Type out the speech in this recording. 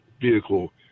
vehicle